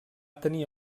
tenir